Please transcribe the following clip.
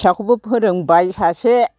फिसाखौबो फोरोंबाय सासे